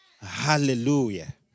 Hallelujah